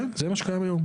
כן, זה מה שקיים היום.